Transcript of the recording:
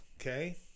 okay